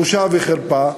בושה וחרפה,